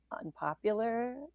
unpopular